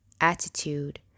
attitude